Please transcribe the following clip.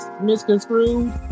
misconstrued